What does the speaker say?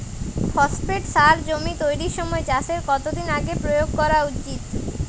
Phosphate সার জমি তৈরির সময় চাষের কত দিন আগে প্রয়োগ করা উচিৎ?